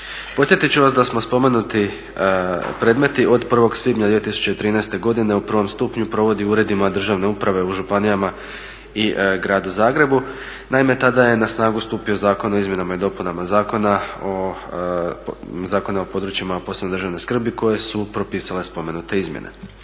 Podsjetiti ću vas da se spomenuti predmeti od 1. svibnja 2013. godine u prvom stupnju provodi u uredima državne uprave u županijama i gradu Zagrebu. Naime, tada je na snagu stupio Zakon o izmjenama i dopunama Zakona o područjima od posebne državne skrbi koje su propisale spomenute izmjene.